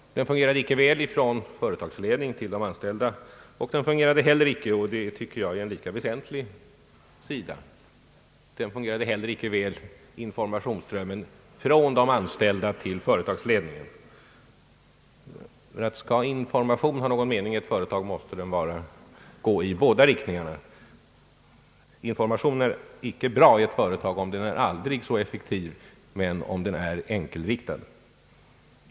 Den fungerade inte bra från företagsledningen till de anställda och inte heller — vilket enligt min mening är lika väsentligt — från de anställda till företagsledningen. Skall information ha någon mening i ett företag måste den gå i båda riktningarna. Informationen är inte bra i ett företag — även om den görs aldrig så effektiv — om den är enkelriktad.